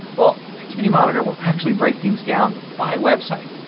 well, activity monitor will actually break things down by website.